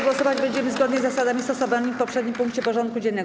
Głosować będziemy zgodnie z zasadami stosowanymi w poprzednim punkcie porządku dziennego.